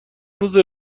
روزه